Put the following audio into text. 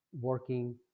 working